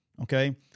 Okay